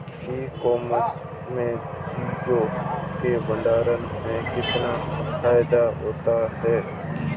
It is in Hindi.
ई कॉमर्स में चीज़ों के भंडारण में कितना फायदा होता है?